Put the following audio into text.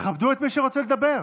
תכבדו את מי שרוצה לדבר.